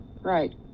Right